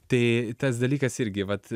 tai tas dalykas irgi vat